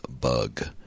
Bug